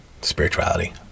spirituality